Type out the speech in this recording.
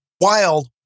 wild